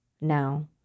now